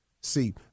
See